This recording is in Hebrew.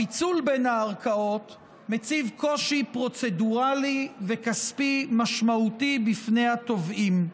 הפיצול בין הערכאות מציב קושי פרוצדורלי וכספי משמעותי בפני התובעים.